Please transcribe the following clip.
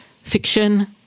fiction